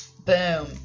Boom